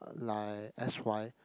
like s_y